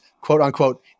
quote-unquote